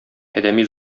адәми